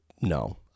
no